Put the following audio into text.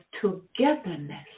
togetherness